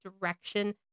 direction